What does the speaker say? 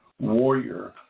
warrior